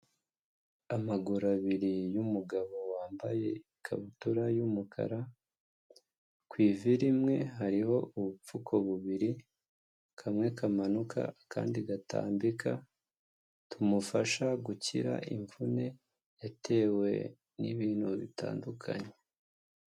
Amaguru abiri y'umugabo wambaye ikabutura y'umukara, ku iviri rimwe hariho ubupfuko bubiri kamwe kamanuka akandi gatambika, tumufasha gukira imvune yatewe n'ibintu bitandukanye.